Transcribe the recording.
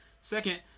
Second